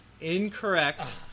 Incorrect